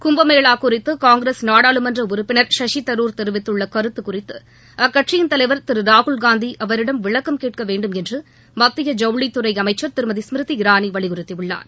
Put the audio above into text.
குப்பமேளா குறித்து காங்கிரஸ் நாடாளுமன்ற உறுப்பினர் சசிதரூர் தெரிவித்துள்ள கருத்து குறித்து அக்கட்சியின் தலைவர் திரு ராகுல்காந்தி அவரிடம் விளக்கம் கேட்கவேண்டும் என்று மத்திய ஜவுளித்துறை அமைச்சர் திருமதி ஸ்மிருதி இரானி வலியுறுத்தியுள்ளார்